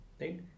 Right